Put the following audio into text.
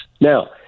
Now